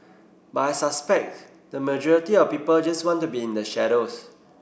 but I suspect the majority of people just want to be in the shadows